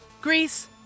Greece